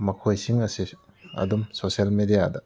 ꯃꯈꯣꯏꯁꯤꯡ ꯑꯁꯤꯁꯨ ꯑꯗꯨꯝ ꯁꯣꯁꯦꯜ ꯃꯦꯗꯤꯌꯥꯗ